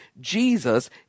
Jesus